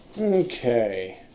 Okay